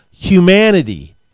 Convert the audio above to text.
humanity